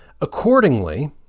Accordingly